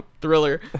Thriller